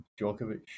Djokovic